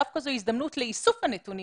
דווקא זו הזדמנות לאיסוף הנתונים,